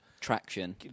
traction